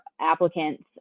applicants